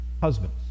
husbands